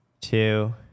two